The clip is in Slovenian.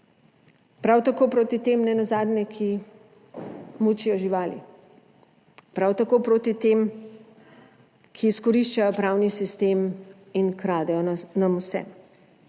Prav tako proti tem nenazadnje, ki mučijo živali, prav tako proti tem, ki izkoriščajo pravni sistem in kradejo nam vsem.